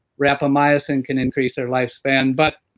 rapamycin can increase their lifespan. but